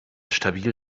stabil